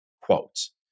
quotes